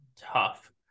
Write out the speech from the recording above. tough